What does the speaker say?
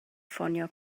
ffonio